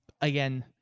again